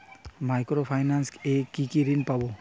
Micro finance এ কি কি ঋণ পাবো?